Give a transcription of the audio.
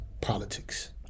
politics